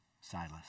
Silas